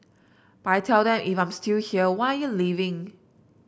but I tell them if I'm still here why are you leaving